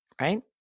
right